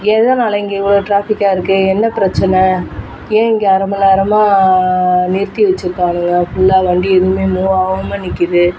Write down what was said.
எதனால் இங்கே இவ்வளோ ட்ராஃபிக்காக இருக்குது என்ன பிரச்சின ஏன் இங்கே அரை மணி நேரமாக நிறுத்தி வச்சுருக்காங்க ஃபுல்லாக வண்டி எதுவுமே மூவ் ஆகாம நிற்கிது